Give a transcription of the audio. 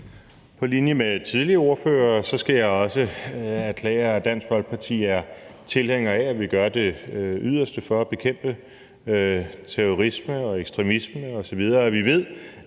På linje med tidligere ordfører skal jeg også erklære det, at Dansk Folkeparti er tilhænger af, at vi gør vores yderste for at bekæmpe terrorisme og ekstremisme osv.,